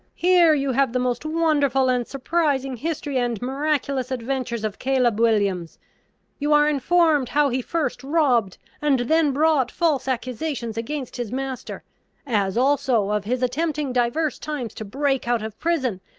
here you have the most wonderful and surprising history and miraculous adventures of caleb williams you are informed how he first robbed, and then brought false accusations against his master as also of his attempting divers times to break out of prison,